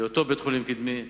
בהיותו בית-חולים קדמי.